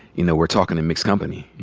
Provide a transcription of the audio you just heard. you know, we're talking in mixed company,